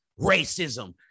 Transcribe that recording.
racism